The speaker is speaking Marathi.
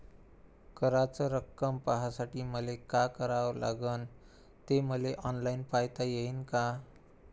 कराच रक्कम पाहासाठी मले का करावं लागन, ते मले ऑनलाईन पायता येईन का?